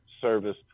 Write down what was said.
service